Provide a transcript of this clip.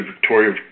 Victoria